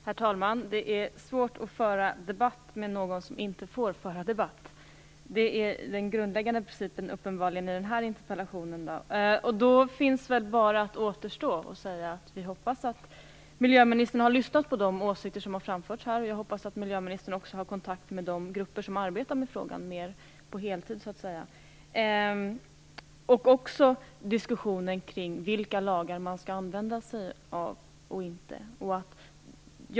Herr talman! Det är svårt att föra debatt med någon som inte får föra debatt. Det är uppenbarligen den grundläggande principen när det gäller den här interpellationen. Då återstår väl bara att säga att vi hoppas att miljöministern har lyssnat till de åsikter som har framförts här, och jag hoppas att miljöministern också har kontakter med de grupper som arbetar med frågan mer på heltid. Jag hoppas också att miljöministern har lyssnat på diskussionen om vilka lagar man skall använda sig av och inte.